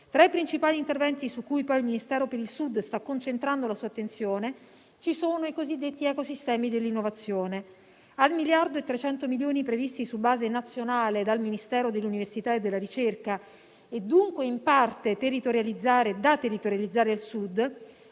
Tra i principali interventi su cui poi il Ministero per il Sud sta concentrando la sua attenzione ci sono i cosiddetti ecosistemi dell'innovazione. Agli 1,3 miliardi previsti su base nazionale dal Ministero dell'università e della ricerca, e dunque in parte da territorializzare al Sud,